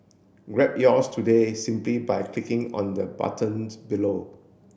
grab yours today simply by clicking on the buttons below